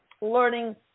learning